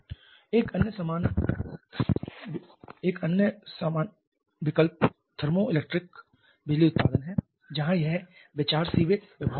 एक अन्य समान विकल्प थर्मोइलेक्ट्रिक बिजली उत्पादन है जहां यह विचार सीबेक प्रभाव पर आधारित है